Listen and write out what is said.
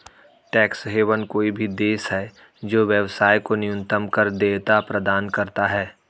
tax haven कोई भी देश है जो व्यवसाय को न्यूनतम कर देयता प्रदान करता है